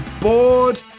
bored